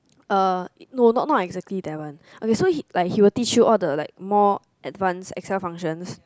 er no no not exactly that one okay so like he will teach you more like the advance extra functions